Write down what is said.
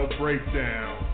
breakdown